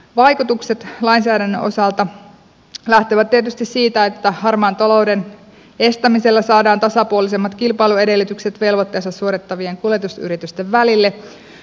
vaikutukset lainsäädännön osalta lähtevät tietysti siitä että harmaan talouden estämisellä saadaan tasapuolisemmat kilpailuedellytykset velvoitteensa suorittavien kuljetusyritysten välille